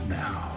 now